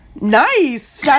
Nice